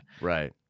Right